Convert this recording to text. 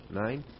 nine